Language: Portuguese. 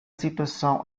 situação